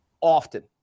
often